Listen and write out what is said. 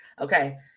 Okay